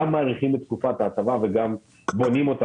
גם מאריכים את תקופת ההטבה וגם בונים אותה